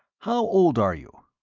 how old are you?